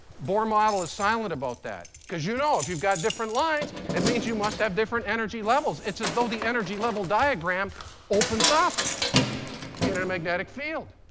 bohr model is silent about that. because you know, if you've got different lines, it means you must have different energy levels. it's as though the energy level diagrams opens up in a magnetic field.